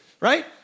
right